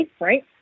right